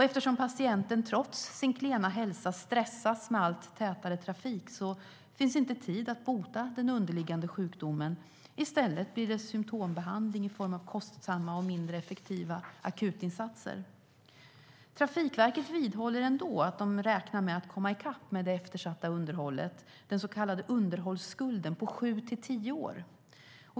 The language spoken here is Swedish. Eftersom patienten trots sin klena hälsa stressas med allt tätare trafik finns det inte tid att bota den underliggande sjukdomen. I stället blir det symtombehandling i form av kostsamma och mindre effektiva akutinsatser. Trafikverket vidhåller ändå att de räknar med att komma i kapp med det eftersatta underhållet, den så kallade underhållsskulden, på sju till tio år.